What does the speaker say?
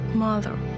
mother